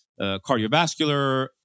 cardiovascular